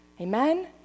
Amen